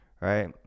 right